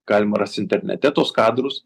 galima rast internete tuos kadrus